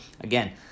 Again